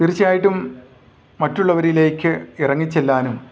തീർച്ചയായിട്ടും മറ്റുള്ളവരിലേക്ക് ഇറങ്ങിച്ചെല്ലാനും